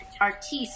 artiste